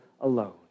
alone